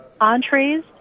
entrees